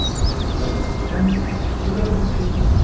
place the letter m below the p,